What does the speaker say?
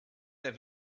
der